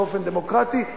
באופן דמוקרטי,